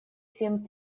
семь